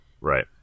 Right